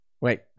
Wait